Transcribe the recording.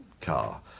car